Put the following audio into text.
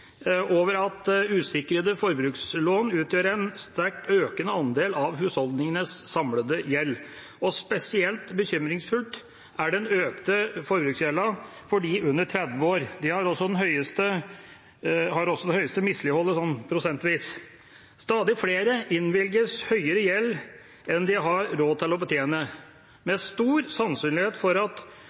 over at usikrede forbrukslån utgjør en sterkt økende andel av husholdningenes samlede gjeld, og spesielt bekymringsfull er den økte forbruksgjelden for dem under 30 år. De har også det prosentvis høyeste misligholdet. Stadig flere innvilges høyere gjeld enn de har råd til å betjene. Med stor sannsynlighet for fortsatt lav rente må en også forvente at